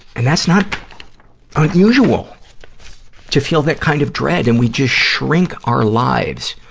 and that's not unusual to feel that kind of dread. and we just shrink our lives,